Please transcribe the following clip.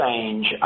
change